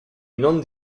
non